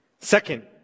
Second